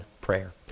prayer